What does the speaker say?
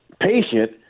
patient